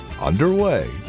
underway